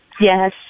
Yes